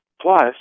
Plus